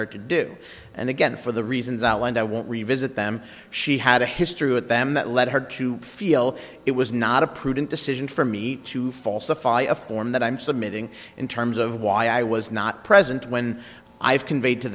her to do and again for the reasons outlined i won't revisit them she had a history with them that led her to feel it was not a prudent decision for me to falsify a form that i'm submitting in terms of why i was not present when i have conveyed to